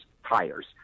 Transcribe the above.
hires